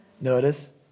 notice